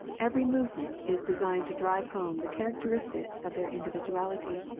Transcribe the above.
every movement is designed to drive home the characteristics of their individuality.